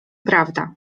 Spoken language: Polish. prawda